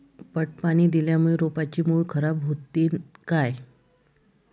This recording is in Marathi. पट पाणी दिल्यामूळे रोपाची मुळ खराब होतीन काय?